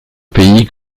pays